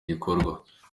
gikorwa